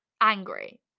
Angry